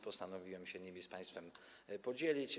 Postanowiłem się nimi z państwem podzielić.